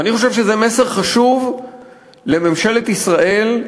ואני חושב שזה מסר חשוב לממשלת ישראל.